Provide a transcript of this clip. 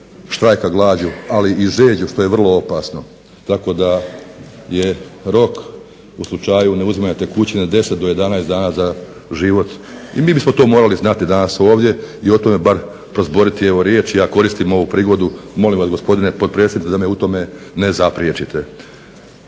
štrajka glađu, ali i žeđu što je vrlo opasno. Tako da je rok u slučaju neuzimanja tekućine 10 do 11 dana za život. I mi bismo to morali znati danas ovdje i o tome bar prozboriti evo riječi. Ja koristim ovu prigodu, molim vas gospodine potpredsjedniče da me u tome ne zapriječite.